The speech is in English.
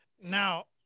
Now